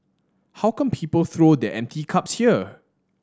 how come people throw their empty cups here